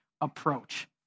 approach